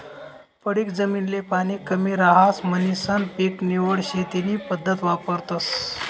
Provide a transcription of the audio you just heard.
पडीक जमीन ले पाणी कमी रहास म्हणीसन पीक निवड शेती नी पद्धत वापरतस